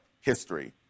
history